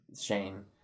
Shane